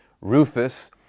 Rufus